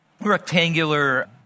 rectangular